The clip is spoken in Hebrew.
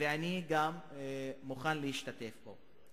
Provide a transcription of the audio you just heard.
ואני מוכן להשתתף בו.